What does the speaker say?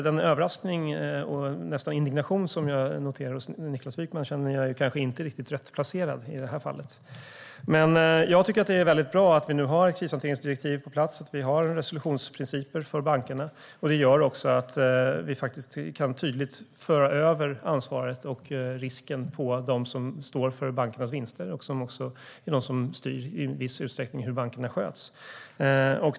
Den överraskning och nästan indignation jag noterar hos Niklas Wykman känner jag alltså kanske inte är riktigt rätt placerad i det här fallet. Jag tycker att det väldigt bra att vi nu har ett krishanteringsdirektiv på plats och att vi har resolutionsprinciper för bankerna. Det gör att vi faktiskt tydligt kan föra över ansvaret och risken till dem som får bankernas vinster och i viss utsträckning är de som styr hur bankerna sköts.